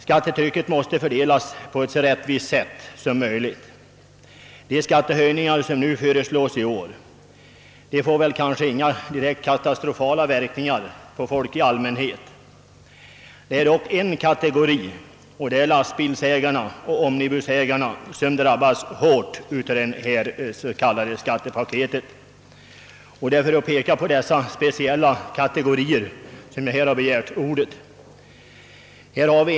Skattetrycket måste spridas på ett så rättvist sätt som möjligt. De skattehöjningar som föreslås i år får kanske inga direkt katastrofala verkningar för folk i allmänhet. Men en kategori, nämligen lastbilsoch omnibusägarna, drabbas hårt av det s.k. skattepaketet. Jag har begärt ordet för att peka på hur det kommer att ställa sig för denna kategori.